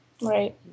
Right